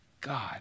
God